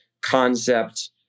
concept